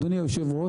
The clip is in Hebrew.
אדוני היושב-ראש.